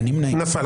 הצבעה לא אושרה נפל.